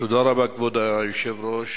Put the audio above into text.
כבוד היושב-ראש,